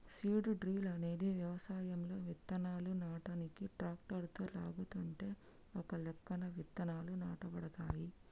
seed drill అనేది వ్యవసాయంలో విత్తనాలు నాటనీకి ట్రాక్టరుతో లాగుతుంటే ఒకలెక్కన విత్తనాలు నాటబడతాయి